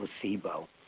placebo